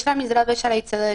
יש לה משרה בשערי צדק,